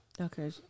okay